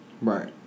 Right